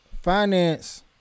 Finance